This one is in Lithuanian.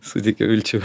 suteikia vilčių